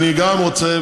אני גם רוצה